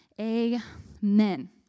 Amen